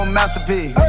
masterpiece